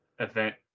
event